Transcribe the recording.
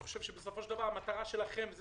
בסופו של דבר המטרה שלכם, וזו